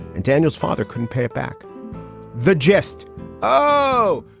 and tanya's father couldn't pay back the gist oh,